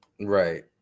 right